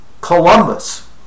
Columbus